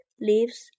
leaves